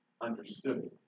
understood